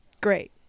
great